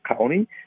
county